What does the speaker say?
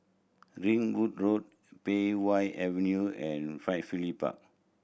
Ringwood Road Pei Wah Avenue and Firefly Park